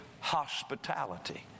hospitality